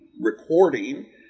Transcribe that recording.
recording